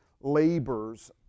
labors